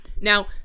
Now